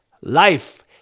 life